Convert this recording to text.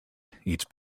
eats